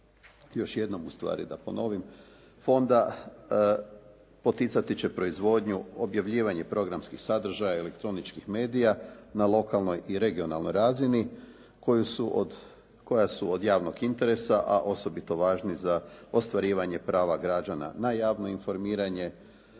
još jednom ustvari da ponovim fonda poticati će proizvodnju, objavljivanje programskih sadržaja elektroničkih medija na lokalnoj i regionalnoj razini koju su od, koja su od javnog interesa a osobito važni za ostvarivanje prava građana na javno informiranje,